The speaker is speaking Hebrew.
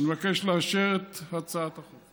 אני מבקש לאשר את הצעת החוק.